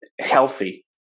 healthy